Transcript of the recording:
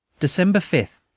december five,